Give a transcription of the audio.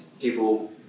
people